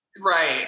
right